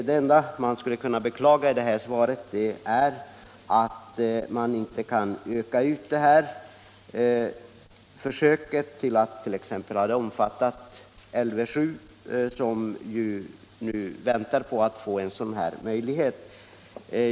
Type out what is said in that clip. Det enda man skulle kunna beklaga i svaret är att försöket inte kan utökas till att omfatta exempelvis Lv 7, som nu väntar på att få möjlighet till motoruppvärmning.